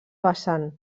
vessant